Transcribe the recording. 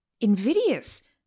invidious